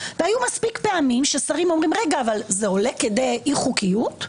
והיו מספיק פעמים ששרים אומרים: זה עולה כדי אי-חוקיות?